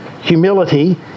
humility